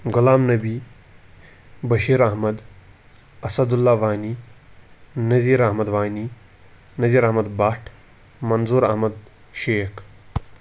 Ghulam Nabi Bashir Ahmad Asadullah Wani Nazir Ahmad Wani Nazir Ahmad Bhat Manzoor Ahmad Sheikh